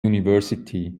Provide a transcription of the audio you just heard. university